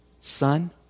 Son